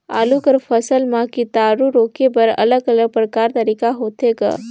आलू कर फसल म कीटाणु रोके बर अलग अलग प्रकार तरीका होथे ग?